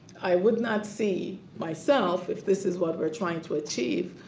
i would not see myself if this is what we're trying to achieve,